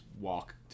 walk